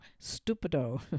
stupido